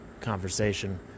conversation